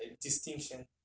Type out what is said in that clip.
distinction